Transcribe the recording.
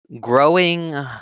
growing